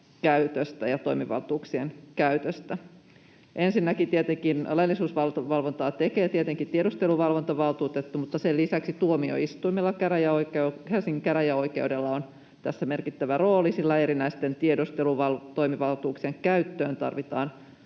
käytöstä ja toimivaltuuksien käytöstä. Ensinnäkin laillisuusvalvontaa tekee tietenkin tiedusteluvalvontavaltuutettu, mutta sen lisäksi tuomioistuimella, Helsingin käräjäoikeudella, on tässä merkittävä rooli, sillä erinäisten tiedustelutoimivaltuuksien käyttöön tarvitaan